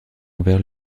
envers